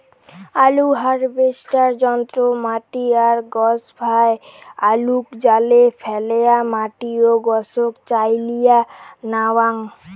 আলু হারভেস্টার যন্ত্র মাটি আর গছভায় আলুক জালে ফ্যালেয়া মাটি ও গছক চাইলিয়া ন্যাওয়াং